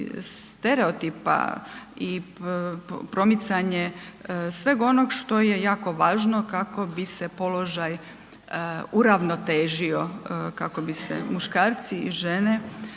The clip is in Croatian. i stereotipa i promicanje sveg onog što je jako važno kako bi se položaj uravnotežio, kako bi se muškarci i žene